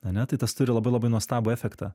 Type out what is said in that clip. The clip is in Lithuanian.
ane tai tas turi labai labai nuostabų efektą